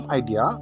idea